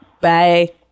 Bye